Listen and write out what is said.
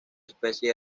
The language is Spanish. especie